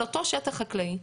על אותו שטח חקלאי,